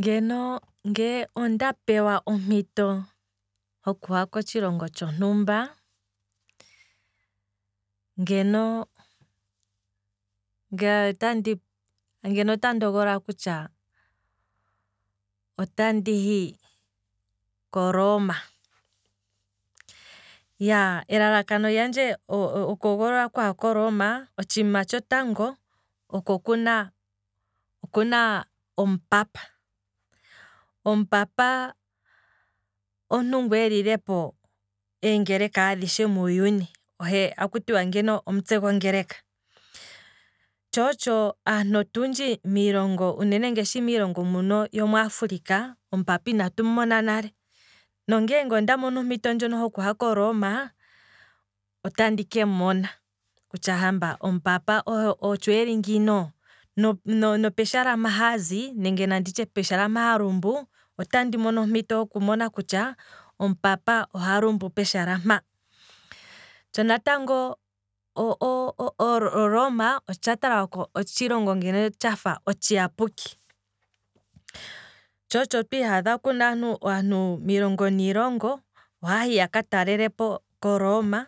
Ngeno nge onda pewa ompito ho kuha kotshilongo tshontumba, ngeno, ngeno ngaye otandi ogolola kutya otandi hi koroma, iya, elalakano lyandje oku hogolola okuha koroma, otshiima tsho tango, oko kuna omupapa, omupapa omuntu ngu elilepo eengeleka adhishe muuyuni, ohe akutiwa ngeno omutse gongeleka, otsho otsho otundji, aantu otutshi ngashi miilongo mbino yaafrica, omupapa inatu mona nale, no ngeenge onda mono ompito ndjono hoku ha koroma, otandi ke mumona, kutya hamba omupapa otsho eli ngino, no- no peshala mpa hazi, nenge nanditye peshala mpa halumbu, otandi mono ompito kutya omupapa oha lumbu peshala mpa, tsho natango oroma, otsha talwako tshafa ngeno otshilongo otshiyapuki, tsho tsho twiiha dha kuna aantu iilongo niilongo hahi koroma